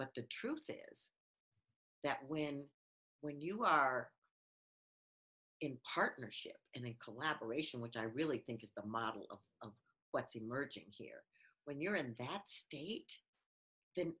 but the truth is that when when you are in partnership and collaboration which i really think is the model of what's emerging here when you're in that state th